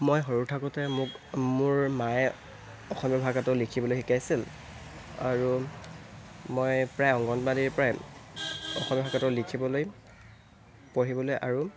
মই সৰু থাকোঁতে মোক মোৰ মায়ে অসমীয়া ভাষাটো লিখিবলৈ শিকাইছিল আৰু মই প্ৰায় অংগনবাডীৰ পৰাই অসমীয়া ভাষাটো লিখিবলৈ পঢ়িবলৈ আৰু